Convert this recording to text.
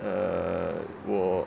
err 我